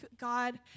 God